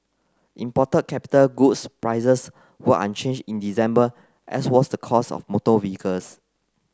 imported capital goods prices were unchanged in December as was the cost of motor vehicles